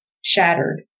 shattered